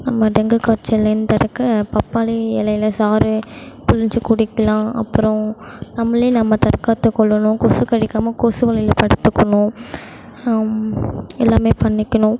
நம்ம டெங்கு காய்ச்சல் நின்றதற்கு பப்பாளி இலையில சாறு பிழிஞ்சி குடிக்கலாம் அப்றம் நம்மளே நம்மை தற்காத்துக் கொள்ளணும் கொசு கடிக்காமல் கொசு வலையில் படுத்துக்கணும் எல்லாம் பண்ணிக்கணும்